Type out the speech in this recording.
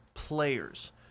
players